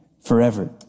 forever